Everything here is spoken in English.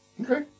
Okay